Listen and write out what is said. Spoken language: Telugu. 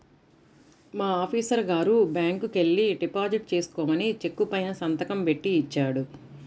మా ఆఫీసరు గారు బ్యాంకుకెల్లి డిపాజిట్ చేసుకోమని చెక్కు పైన సంతకం బెట్టి ఇచ్చాడు